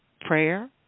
prayer